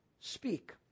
speak